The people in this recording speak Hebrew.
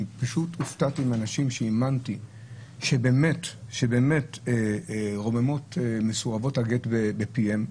אני פשוט הופתעתי איך אנשים שהאמנתי שבאמת רוממות מסורבות הגט בפיהם,